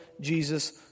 Jesus